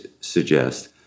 suggest